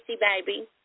Baby